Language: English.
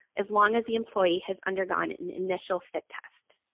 as long as the employee has undergone an initial fit test.